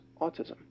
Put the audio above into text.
autism